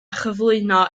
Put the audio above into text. chyflwyno